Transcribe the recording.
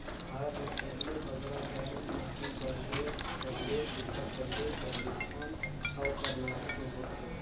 भारत में सबले बगरा दाएल मध्यपरदेस परदेस, उत्तर परदेस, राजिस्थान अउ करनाटक में होथे